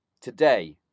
today